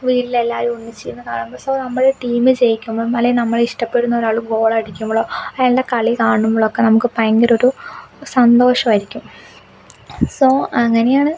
വീട്ടിൽ എല്ലാവരും ഒന്നിച്ച് ഇരുന്ന് കാണുമ്പോൾ സോ നമ്മളുടെ ടീം ജയിക്കുമ്പോൾ അല്ലെങ്കിൽ നമ്മൾ ഇഷ്ടപ്പെടുന്ന ഒരാൾ ഗോൾ അടിക്കുമ്പോളോ അയാളുടെ കളി കാണുമ്പോളോ ഒക്കെ നമുക്ക് ഭയങ്കര ഒരു സന്തോഷമായിരിക്കും സോ അങ്ങനെയാണ്